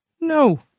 No